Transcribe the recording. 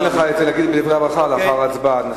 ניתן לך להגיד את זה בדברי הברכה לאחר ההצבעה.